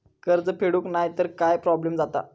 कर्ज फेडूक नाय तर काय प्रोब्लेम जाता?